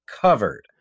covered